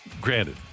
granted